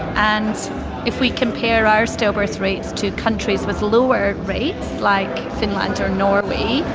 and if we compare our stillbirth rates to countries with lower rates like finland or norway,